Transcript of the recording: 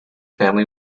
family